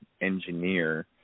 engineer